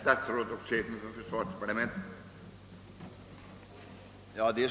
Herr talman!